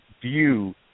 view